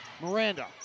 Miranda